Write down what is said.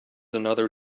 another